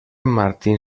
martín